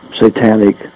satanic